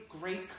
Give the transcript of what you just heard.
great